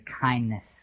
kindness